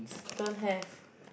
don't have